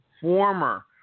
former